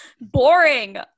boring